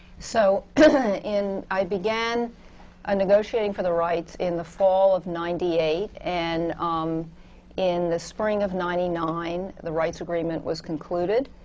so but i began ah negotiating for the rights in the fall of ninety eight, and um in the spring of ninety nine, the rights agreement was concluded.